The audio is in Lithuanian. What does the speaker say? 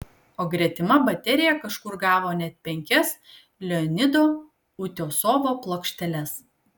o gretima baterija kažkur gavo net penkias leonido utiosovo plokšteles